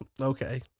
okay